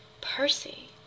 percy